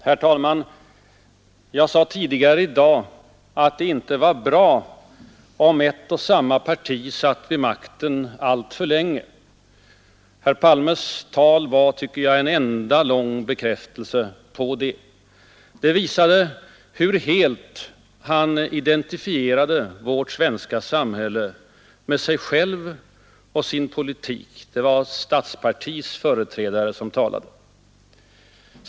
Herr talman! Jag sade tidigare i dag att det inte var bra att ett och samma parti satt vid makten alltför länge. Herr Palmes tal var, tycker jag, en enda lång bekräftelse på det. Det visade hur helt han identifierade vårt svenska samhälle med sig själv och sin politik. Det var ett statspartis företrädare som talade.